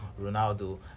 Ronaldo